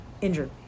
injured